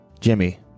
Jimmy